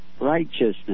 righteousness